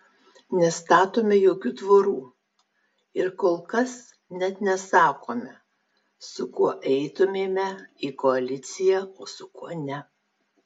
nestatome jokių tvorų ir kol kas net nesakome su kuo eitumėme į koaliciją o su kuo ne